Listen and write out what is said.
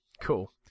Cool